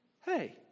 hey